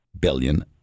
billion